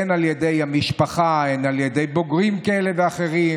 הן על ידי המשפחה, הן על ידי בוגרים כאלה ואחרים,